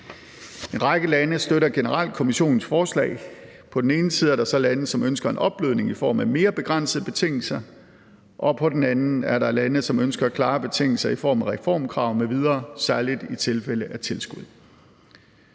En række lande støtter generelt Kommissionens forslag. På den ene side er der så lande, som ønsker en opblødning i form af mere begrænsede betingelser, og på den anden er der lande, som ønsker klare betingelser i form af reformkrav m.v., særligt i tilfælde af tilskud.